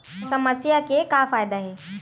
समस्या के का फ़ायदा हे?